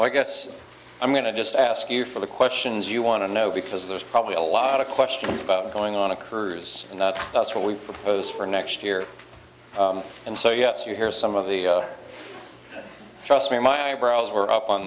i guess i'm going to just ask you for the questions you want to know because there's probably a lot of questions about going on occurs and that's what we propose for next year and so yes you hear some of the trust me my eyebrows were up on